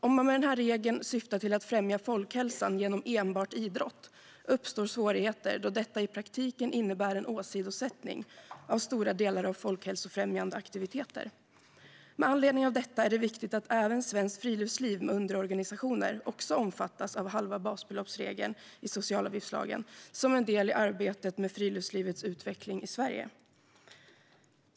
Om man med denna regel syftar till att främja folkhälsan genom enbart idrott uppstår svårigheter, då detta i praktiken innebär en åsidosättning av stora delar av folkhälsofrämjande aktiviteter. Med anledning av detta är det viktigt att även Svenskt Friluftsliv med underorganisationer omfattas av halva basbeloppsregeln i socialavgiftslagen som en del i arbetet med friluftslivets utveckling i Sverige.